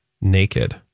naked